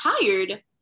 tired